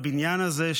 בבניין הזה,